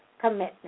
commitment